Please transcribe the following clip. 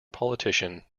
politician